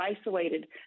isolated